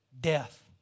Death